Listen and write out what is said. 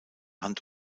hand